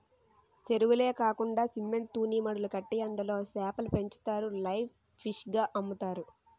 సెరువులే కాకండా సిమెంట్ తూనీమడులు కట్టి అందులో సేపలు పెంచుతారు లైవ్ ఫిష్ గ అమ్ముతారు